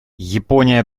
япония